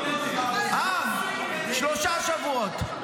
שלושה שבועות,